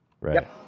Right